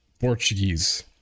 Portuguese